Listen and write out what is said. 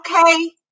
Okay